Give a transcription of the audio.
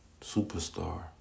Superstar